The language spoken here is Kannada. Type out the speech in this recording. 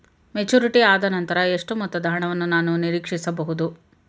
ಮೆಚುರಿಟಿ ಆದನಂತರ ಎಷ್ಟು ಮೊತ್ತದ ಹಣವನ್ನು ನಾನು ನೀರೀಕ್ಷಿಸ ಬಹುದು?